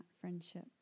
friendship